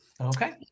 Okay